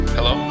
Hello